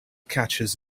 catches